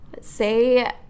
say